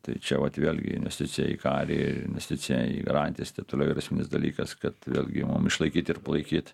tai čia vat vėlgi investicija į karį ir investicija į garantijas i taip toliau yra esminis dalykas kad vėlgi mum išlaikyt ir palaikyt